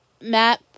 map